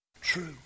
True